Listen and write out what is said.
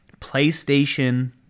PlayStation